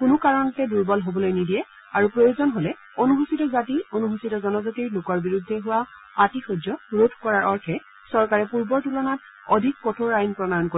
কোনো কাৰণতে দুৰ্বল হবলৈ নিদিয়ে আৰু প্ৰয়োজন হ'লে অনুসূচিত জাতি আনুসুচিত জনজাতিৰ আইনখন লোকৰ বিৰুদ্ধে হোৱা আতিশয্য ৰোধ কৰাৰ অৰ্থে চৰকাৰে পূৰ্বৰ তুলনাত অধিক কঠোৰ আইন প্ৰনয়ম কৰিব